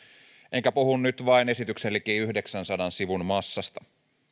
enkä puhu nyt vain esityksen liki yhdeksänsadan sivun massasta